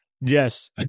Yes